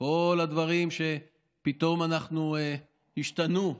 כל הדברים שפתאום השתנו.